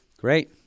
Great